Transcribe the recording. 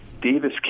Davis